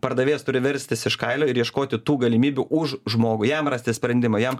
pardavėjas turi verstis iš kailio ir ieškoti tų galimybių už žmogų jam rasti sprendimą jam